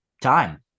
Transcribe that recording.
time